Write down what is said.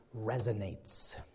resonates